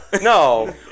No